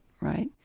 right